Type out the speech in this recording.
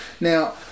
Now